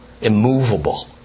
immovable